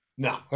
No